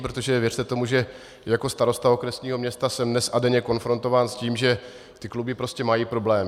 Protože věřte tomu, že jako starosta okresního města jsem dnes a denně konfrontován s tím, že ty kluby prostě mají problémy.